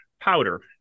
powder